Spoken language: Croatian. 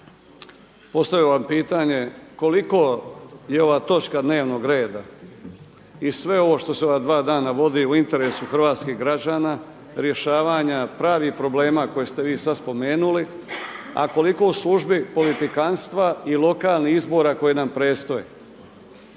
postavio bi vam pitanje, koliko je ova točka dnevnog reda i sve ovo što se u ova dva dana vodi u interesu hrvatskih građana rješavanja pravih problema koje ste vi sada spomenuli, a koliko u službi politikantstva i lokalnih izbora koje nam predstoje?